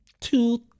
two